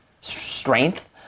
strength